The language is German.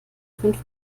fünf